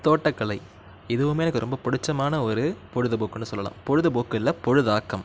தோட்டக்கலை இதுவும் எனக்கு ரொம்ப பிடிச்சமான ஒரு பொழுது போக்குன்னு சொல்லலாம் பொழுது போக்கு இல்லை பொழுதாக்கம்